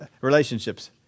Relationships